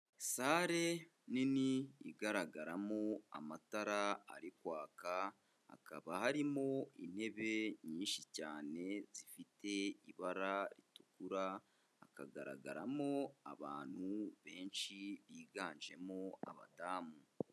Sale nini igaragaramo amatara ari kwaka, hakaba harimo intebe nyinshi cyane zifite ibara ritukura, hakagaragaramo abantu benshi biganjemo abadamu.